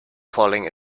falling